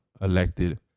elected